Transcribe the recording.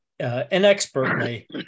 Inexpertly